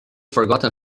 forgotten